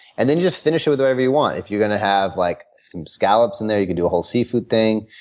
and then, you just finish it with whatever you want. if you're going to have like some scallops in there, you could do a whole seafood thing.